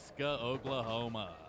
Oklahoma